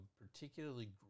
particularly